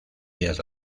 días